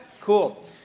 Cool